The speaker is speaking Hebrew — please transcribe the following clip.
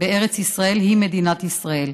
בארץ ישראל היא מדינת ישראל".